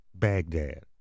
Baghdad